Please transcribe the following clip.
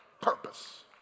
purpose